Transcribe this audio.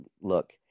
look